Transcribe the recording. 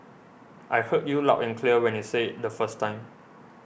I heard you loud and clear when you said it the first time